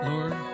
Lord